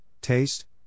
taste